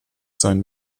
sein